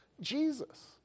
Jesus